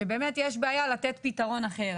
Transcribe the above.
שיש בעיה לתת פתרון אחר.